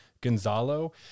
Gonzalo